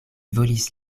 volis